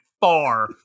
far